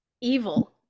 evil